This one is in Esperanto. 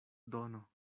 dono